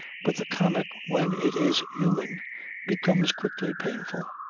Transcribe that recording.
but the comic when it is human becomes quickly painful.